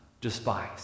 despise